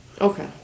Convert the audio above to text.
Okay